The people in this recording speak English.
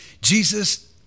Jesus